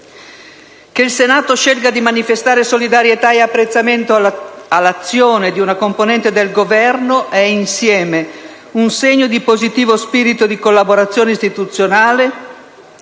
Che il Senato scelga di manifestare solidarietà e apprezzamento all'azione di una componente del Governo è insieme un segno di positivo spirito di collaborazione istituzionale,